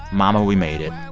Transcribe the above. mama, we made it.